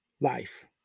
life